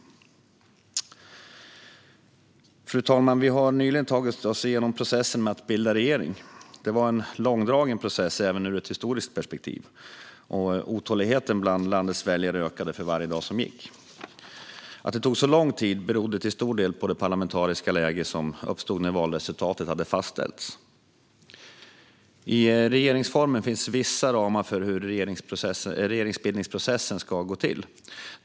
Fru talman! Vi har nyligen tagit oss igenom processen med att bilda regering. Det var en långdragen process, även ur ett historiskt perspektiv. Otåligheten bland landets väljare ökade för varje dag som gick. Att det tog så lång tid berodde till stor del på det parlamentariska läge som uppstod när valresultatet hade fastställts. I regeringsformen finns vissa ramar för hur regeringsbildningsprocessen ska gå till.